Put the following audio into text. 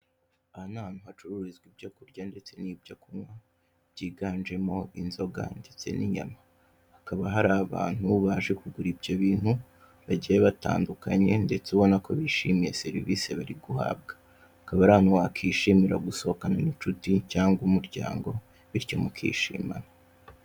Aha ni ahantu hacururizwa ibyo kurya ndetse n'ibyo kunywa byiganjemo inzoga ndetse n'inyama, hakaba hari abantu baje kugura ibyo bintu bagiye batandukanye ndetse ubona ko bishimiye serivise bari guhabwa, akaba ari ahantu wakishimira gusohokanamo n'inshuti cyangwa umuryango bityo mukishimana.